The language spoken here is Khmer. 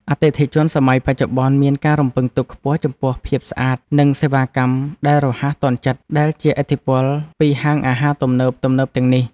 អតិថិជនសម័យបច្ចុប្បន្នមានការរំពឹងទុកខ្ពស់ចំពោះភាពស្អាតនិងសេវាកម្មដែលរហ័សទាន់ចិត្តដែលជាឥទ្ធិពលពីហាងអាហារទំនើបៗទាំងនេះ។